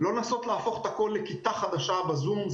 לא לנסות להפוך את הכול לכיתה חדשה בזום.